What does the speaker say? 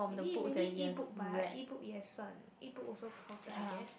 maybe maybe E-book but E-book 也算 E-book also counted I guess